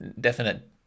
definite